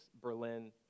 Berlin